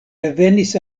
revenis